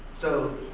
so,